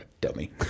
Dummy